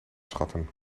schatten